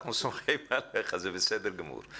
אנחנו סומכים עליך, זה בסדר גמור.